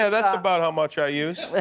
yeah that's about how much i use.